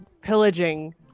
pillaging